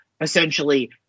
essentially